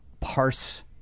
parse